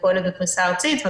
היא פועלת בפריסה ארצית.